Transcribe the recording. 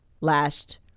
last